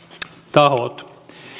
tahot